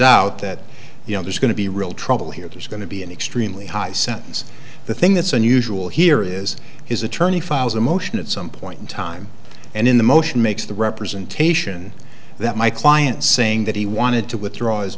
out that you know there's going to be real trouble here there's going to be an extremely high sentence the thing that's unusual here is his attorney files a motion at some point in time and in the motion makes the representation that my client saying that he wanted to withdraw